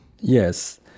Yes